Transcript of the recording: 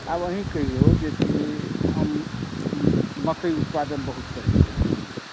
आब अहीँ कहियौ जेकि हम मकै उत्पादन बहुत करैत छी मानि लिअ कि